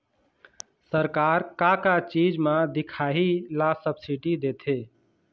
सरकार का का चीज म दिखाही ला सब्सिडी देथे?